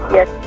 Yes